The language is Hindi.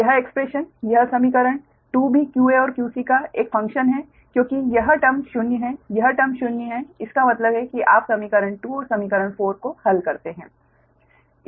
यह एक्स्प्रेशन यह समीकरण 2 भी qa और qc का एक फ़ंक्शन है क्योंकि यह टर्म शून्य है यह टर्म शून्य है इसका मतलब है कि आप समीकरण 2 और समीकरण 4 को हल करते हैं